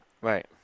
right